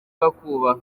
bakubaha